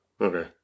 Okay